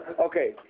Okay